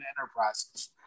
enterprises